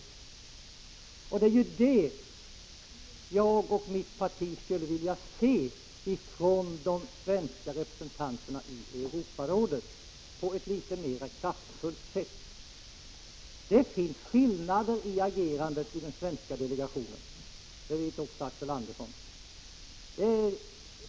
Det är ett litet mera kraftfullt sätt att agera som jag och mitt parti skulle vilja se från de svenska representanterna i Europarådet. Det finns skillnader när det gäller agerande inom den svenska delegationen, och det vet också Axel Andersson.